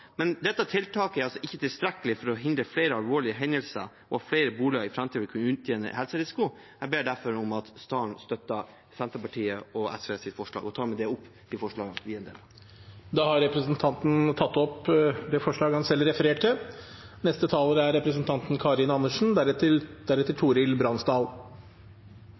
men tiltaket er ikke tilstrekkelig for å hindre flere alvorlige hendelser og at flere boliger i framtiden vil kunne utgjøre en helserisiko. Jeg ber derfor om at salen støtter Senterpartiet og SVs forslag, og tar med det opp forslaget. Representanten Willfred Nordlund har tatt opp det forslaget han refererte til. Jeg støtter innlegget som representanten